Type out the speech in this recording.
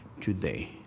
today